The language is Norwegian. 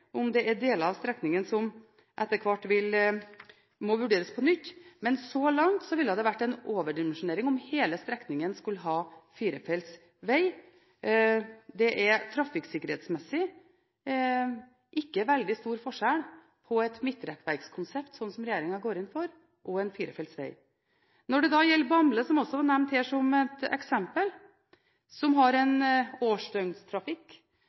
om det er deler av strekningen som etter hvert må vurderes på nytt. Men så langt ville det ha vært en overdimensjonering om hele strekningen skulle ha firefelts veg. Det er trafikksikkerhetsmessig ikke veldig stor forskjell på et midtrekkverkskonsept, slik som regjeringen går inn for, og en firefelts veg. Når det gjelder Bamble, som også ble nevnt som eksempel, og som har en årsdøgnstrafikk